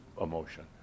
emotion